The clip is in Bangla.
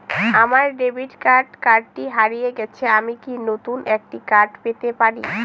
আমার ডেবিট কার্ডটি হারিয়ে গেছে আমি কি নতুন একটি কার্ড পেতে পারি?